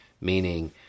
Meaning